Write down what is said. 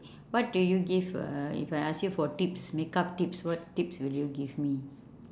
what do you give uh if I ask you for tips makeup tips what tips will you give me